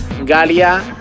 Galia